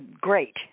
great